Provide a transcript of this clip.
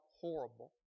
horrible